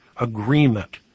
agreement